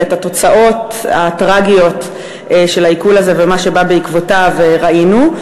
ואת התוצאות הטרגיות של העיקול הזה ומה שבא בעקבותיו ראינו.